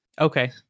Okay